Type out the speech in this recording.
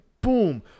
boom